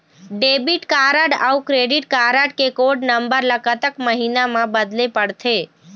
Debit card अऊ credit card के code number ला कतक महीना मा बदले पड़थे?